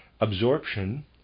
Absorption